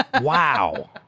Wow